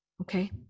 okay